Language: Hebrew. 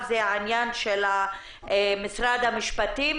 זה העניין של משרד המשפטים,